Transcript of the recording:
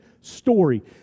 story